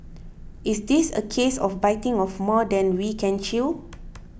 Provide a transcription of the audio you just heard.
is this a case of biting off more than we can chew